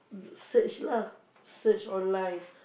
search lah search online